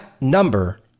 number